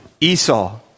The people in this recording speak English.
Esau